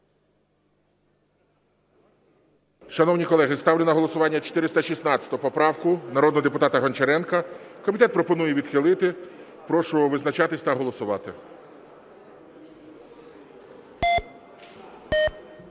Шановні колеги, ставлю на голосування 416 поправку народного депутата Гончаренка. Комітет пропонує відхилити. Прошу визначатись та голосувати.